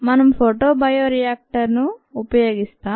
మనం ఫోటోబయోరియాక్టర్ ఉపయోగిస్తాం